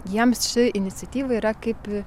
jiems ši iniciatyva yra kaip